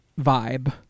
vibe